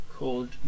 Called